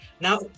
Now